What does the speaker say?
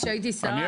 כשהייתי שרה,